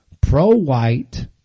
pro-white